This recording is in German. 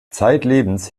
zeitlebens